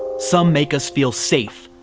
some make us feel safe,